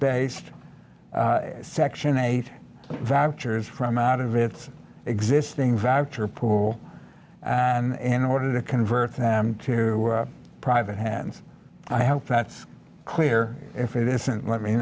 based section eight vouchers from out of its existing five tour pool and in order to convert them to private hands i hope that's clear if it isn't let me